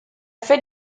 fait